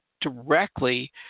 directly